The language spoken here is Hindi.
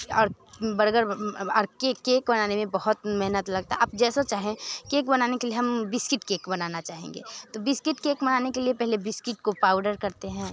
और बर्गर और केक केक बनाने में बहुत मेहनत लगता है आप जैसा चाहे केक बनाने के लिए हम बिस्किट केक बनाना चाहेंगे तो बिस्किट केक बनाने के लिए पेहले बिस्किट को पाउडर करते हैं